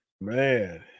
Man